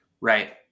Right